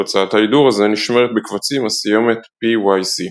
תוצאת ההידור הזה נשמרת בקבצים עם הסיומת pyc.